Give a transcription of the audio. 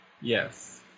Yes